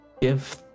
give